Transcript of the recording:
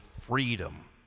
freedom